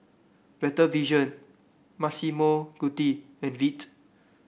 Better Vision Massimo Dutti and Veet